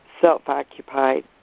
self-occupied